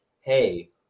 hey